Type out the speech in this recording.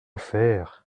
faire